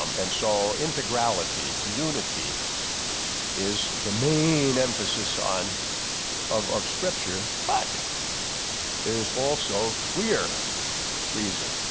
um and so, integrality unity is the main emphasis on of of scripture, but there is also clear reason.